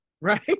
right